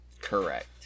Correct